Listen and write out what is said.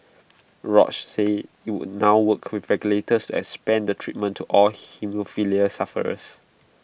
Roche said IT would now work with regulators to expand the treatment to all haemophilia sufferers